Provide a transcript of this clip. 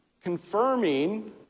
confirming